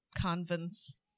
convents